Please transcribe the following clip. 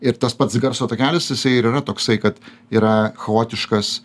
ir tas pats garso takelis jisai ir yra toksai kad yra chaotiškas